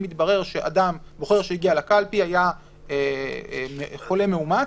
אם יתברר שבוחר שהגיע לקלפי היה חולה מאומת,